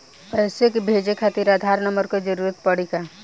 पैसे भेजे खातिर आधार नंबर के जरूरत पड़ी का?